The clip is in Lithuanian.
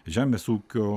žemės ūkio